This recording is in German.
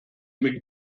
mit